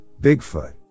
Bigfoot